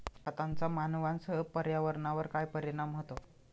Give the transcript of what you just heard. खतांचा मानवांसह पर्यावरणावर काय परिणाम होतो?